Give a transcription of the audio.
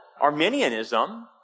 Arminianism